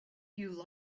you